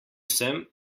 sem